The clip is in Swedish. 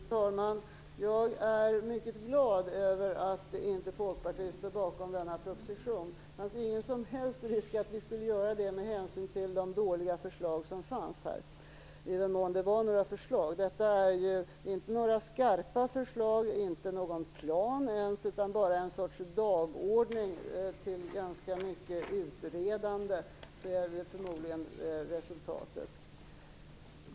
Fru talman! Jag är mycket glad över att inte Folkpartiet står bakom denna proposition. Det finns ingen som helst risk att det skulle göra det med hänsyn till de dåliga förslag som finns, i den mån det var några förslag. Detta är ju inte några skarpa förslag, inte ens någon plan utan en sorts dagordning till ganska mycket utredande. Det är förmodligen resultatet.